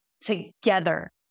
together